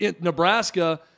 Nebraska